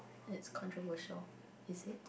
it's controversial is it